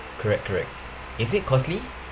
correct correct is it costly